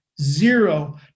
Zero